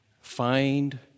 Find